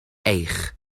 eich